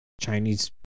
Chinese